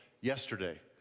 yesterday